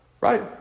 right